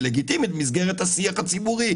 היא לגיטימית במסגרת השיח הציבורי.